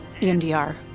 EMDR